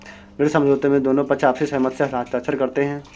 ऋण समझौते में दोनों पक्ष आपसी सहमति से हस्ताक्षर करते हैं